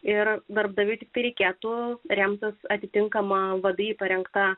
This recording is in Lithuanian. ir darbdaviui reikėtų remtis atitinkama vadai parengta